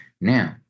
Now